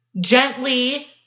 gently